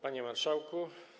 Panie Marszałku!